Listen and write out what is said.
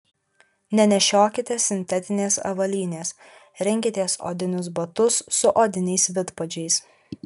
nenešiokite sintetinės avalynės rinkitės odinius batus su odiniais vidpadžiais